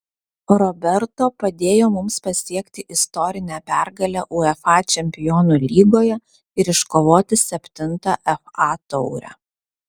roberto padėjo mums pasiekti istorinę pergalę uefa čempionų lygoje ir iškovoti septintą fa taurę